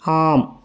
ஆம்